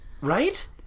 Right